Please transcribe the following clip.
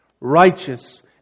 Righteous